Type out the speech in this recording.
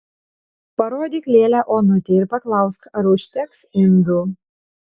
parodyk lėlę onutei ir paklausk ar užteks indų